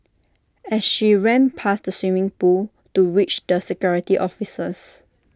as she ran past the swimming pool to reach the security officers